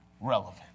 relevant